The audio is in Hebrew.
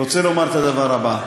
רוצה לומר את הדבר הבא: